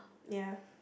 ya